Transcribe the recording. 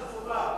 זאת חובה.